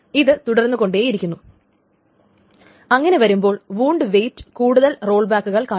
ഇത് തുടർന്നുകൊണ്ടേയിരിക്കുന്നു അങ്ങനെ വരുമ്പോൾ വുണ്ട് വെയ്റ്റ് കൂടുതൽ റോൾ ബാക്കുകൾ കാണിക്കും